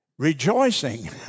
Rejoicing